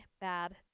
bad